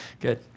Good